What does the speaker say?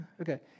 Okay